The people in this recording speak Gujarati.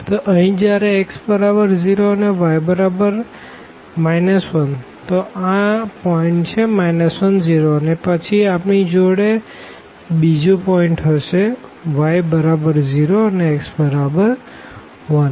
તો અહી જયારે x બરાબર 0 છે અને y બરાબર 1 તો આ પોઈન્ટ છે 10 અને પછી આપણી જોડે બીજો પોઈન્ટ હશે y બરાબર 0 અને x બરાબર 1